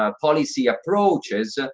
ah policy approaches,